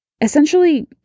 essentially